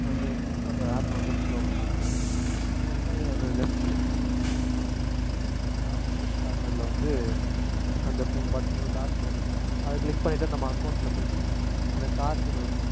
அந்த ஃப்ளிப்கார்ட் ஆப்பை வந்து ஃபர்ஸ்ட் ஓப்பன் பண்ணிகிட்டு ஓப்பன் பண்ணிகிட்டு அதில் left top left top right கார்னரில் வந்து அந்த மூணு பட்டன் மூணு டாட் மாரி இருக்கும் அதை க்ளிக் பண்ணிகிட்டு நம்ம அக்கௌண்டில் போய்ட்டு அந்த கார்ட்டுன்னு இருக்கும்